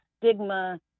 stigma